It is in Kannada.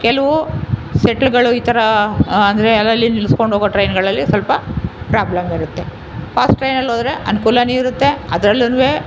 ಕೆಲವು ಸೆಟ್ಲ್ಗಳು ಈ ಥರ ಅಂದರೆ ಅದರಲ್ಲಿ ನಿಲ್ಸ್ಕೊಂಡು ಹೋಗೊ ಟ್ರೈನ್ಗಳಲ್ಲಿ ಸ್ವಲ್ಪ ಪ್ರಾಬ್ಲಮಿರುತ್ತೆ ಫಾಸ್ಟ್ ಟ್ರೈನಲ್ಲಿ ಹೋದರೆ ಅನ್ಕೂಲವೂ ಇರುತ್ತೆ ಅದ್ರಲ್ಲೂನು